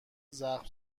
زخم